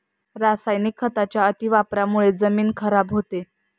रासायनिक खतांच्या अतिवापरामुळे जमीन खराब होते